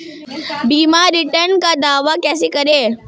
बीमा रिटर्न का दावा कैसे करें?